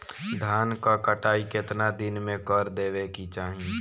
धान क कटाई केतना दिन में कर देवें कि चाही?